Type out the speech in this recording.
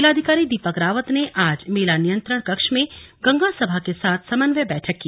मेलाधिकारी दीपक रावत ने आज मेला नियंत्रण कक्ष में गंगा सभा के साथ समन्वय बैठक की